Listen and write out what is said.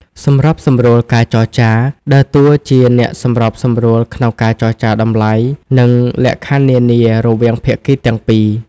សម្របសម្រួលការចរចា ដើរតួជាអ្នកសម្របសម្រួលក្នុងការចរចាតម្លៃ និងលក្ខខណ្ឌនានា រវាងភាគីទាំងពីរ។